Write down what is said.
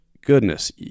goodness